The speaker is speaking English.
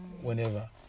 whenever